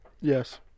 Yes